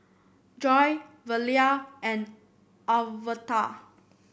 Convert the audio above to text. Joi Velia and Alverta